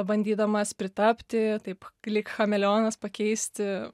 bandydamas pritapti taip lyg chameleonas pakeisti